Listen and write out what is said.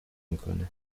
میکنه